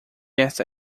esta